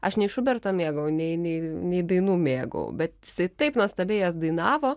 aš nei šuberto mėgau nei nei nei dainų mėgau bet jisai taip nuostabiai jas dainavo